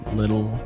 little